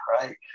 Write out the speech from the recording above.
right